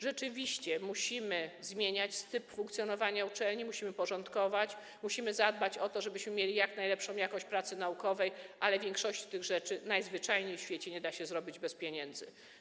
Rzeczywiście musimy zmieniać typ funkcjonowania uczelni, musimy porządkować, musimy zadbać o to, żebyśmy mieli jak najlepszą jakość pracy naukowej, ale większości tych rzeczy najzwyczajniej w świecie nie da się zrobić bez pieniędzy.